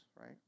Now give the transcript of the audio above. right